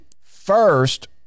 first